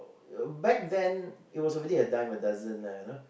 back then it was already a dime a dozen lah you know